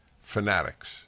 fanatics